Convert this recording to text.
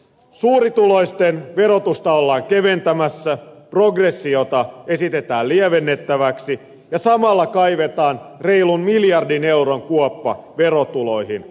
suurituloisten verotusta ollaan keventämässä progressiota esitetään lievennettäväksi ja samalla kaivetaan reilun miljardin euron kuoppa verotuloihin